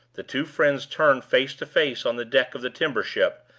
the two friends turned face to face on the deck of the timber-ship,